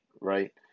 right